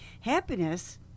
happiness